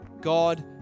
God